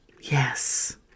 yes